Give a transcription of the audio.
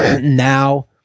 Now